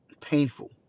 painful